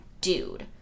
dude